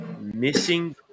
missing